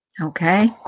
Okay